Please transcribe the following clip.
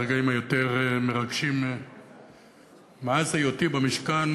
הרגעים היותר-מרגשים מאז היותי במשכן,